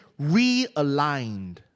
realigned